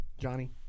Johnny